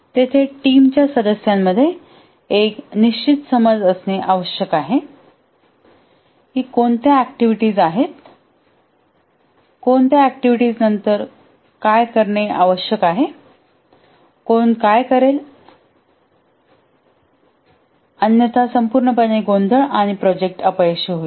तेथे टीम च्या सदस्यांमधे एक निश्चित समज असणे आवश्यक आहे की कोणत्या ऍक्टिव्हिटी आहेत कोणत्या ऍक्टिव्हिटी नंतर काय करणे आवश्यक आहे कोण करेल आणि काय करेल अन्यथा संपूर्णपणे गोंधळ आणि प्रोजेक्ट अपयशी होईल